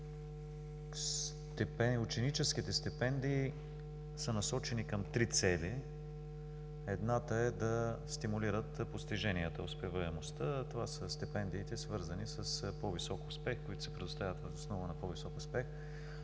Ученическите стипендии са насочени към три цели. Едната е да стимулират постиженията, успеваемостта. Това са стипендиите, свързани с по-висок успех, които се предоставят въз основа на по-висок успех.